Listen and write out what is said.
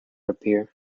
appear